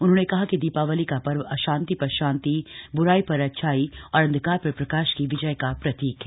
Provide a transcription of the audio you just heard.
उन्होंने कहा कि दीपावली का पर्व अशांति पर शांति ब्राई पर अच्छाई और अंधकार पर प्रकाश की विजय का प्रतीक है